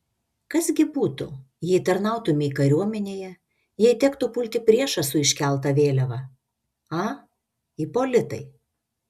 kas gi būtų jei tarnautumei kariuomenėje jei tektų pulti priešą su iškelta vėliava a ipolitai